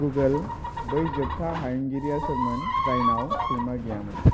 Google बै जोबथा हायुंगिरिया सोरमोन जायनाव सैमा गैयामोन